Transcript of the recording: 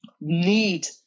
need